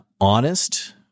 honest